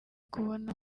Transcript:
kubona